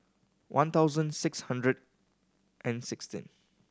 one thousand six hundred and sixteen